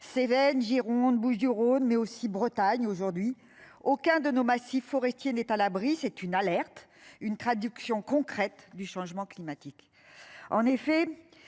Cévennes Gironde du Rhône mais aussi Bretagne aujourd'hui aucun de nos massifs forestiers n'est à l'abri. C'est une alerte, une traduction concrète du changement climatique.